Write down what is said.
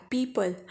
People